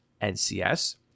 NCS